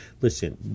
Listen